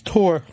Tour